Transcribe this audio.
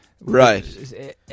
Right